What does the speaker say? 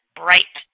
bright